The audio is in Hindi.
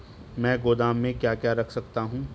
मैं गोदाम में क्या क्या रख सकता हूँ?